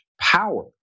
power